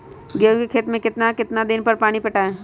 गेंहू के खेत मे कितना कितना दिन पर पानी पटाये?